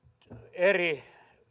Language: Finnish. eri